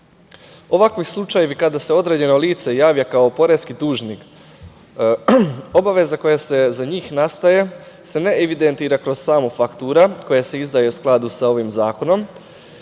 PDV.Ovakvi slučajevi kada se određeno lice javlja kao poreski dužnik. Obaveza koja za njih nastaje ne evidentira se kroz samu fakturu koja se izdaje u skladu sa ovim zakonom,